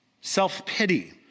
self-pity